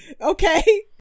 okay